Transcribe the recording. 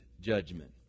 Judgment